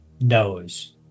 knows